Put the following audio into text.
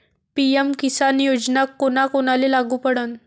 PM किसान योजना कोना कोनाले लागू पडन?